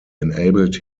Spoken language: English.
enabled